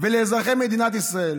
ולאזרחי מדינת ישראל,